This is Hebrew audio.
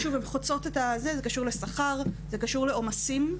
זה קשור לשכר, זה קשור לעומסים.